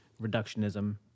reductionism